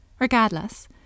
Regardless